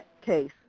case